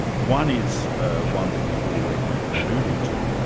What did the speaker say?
one is ah one that you've already alluded to,